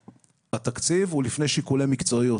התקציב הוא לפני שיקולי מקצועיות.